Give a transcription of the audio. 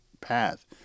path